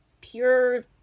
pure